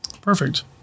perfect